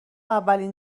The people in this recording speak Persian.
اولین